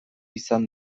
izan